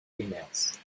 females